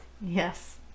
Yes